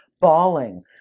bawling